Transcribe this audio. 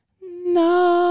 No